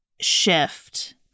shift